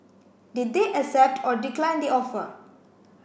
did they accept or decline the offer